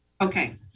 Okay